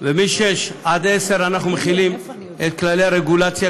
וב-6 10 אנחנו מחילים את כללי הרגולציה,